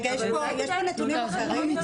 רגע, יש פה נתונים אחרים.